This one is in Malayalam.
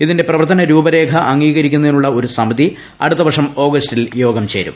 ഇതിന്റെ പ്രവർത്തന രൂപരേഖ അംഗീകരിക്കുന്നതിനുളള സമിതി അടുത്ത വർഷം ഓഗസ്റ്റിൽ യോഗം ചേരും